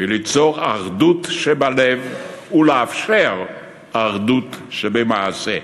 ליצור אחדות שבלב ולאפשר אחדות שבמעשה.